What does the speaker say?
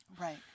Right